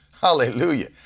Hallelujah